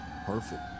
Perfect